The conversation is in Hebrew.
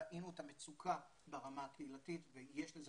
ראינו את המצוקה ברמה הקהילתית ויש לזה